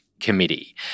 Committee